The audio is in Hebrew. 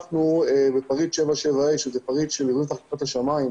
אנחנו בפריט A77 שזה פריט של אירועים תחת כיפת השמים,